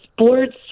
sports